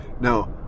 Now